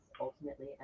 ultimately